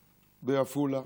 בעפולה,